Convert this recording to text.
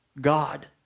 God